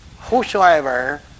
whosoever